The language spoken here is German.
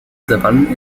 savannen